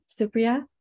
Supriya